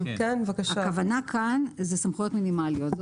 הכוונה כאן היא סמכויות מינימליות.